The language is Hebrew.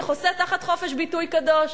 זה חוסה תחת חופש ביטוי קדוש,